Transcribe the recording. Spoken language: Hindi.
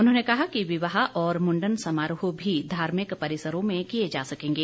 उन्होंने कहा कि विवाह और मुंडन समारोह भी धार्मिक परिसरों में किए जा सकेंगे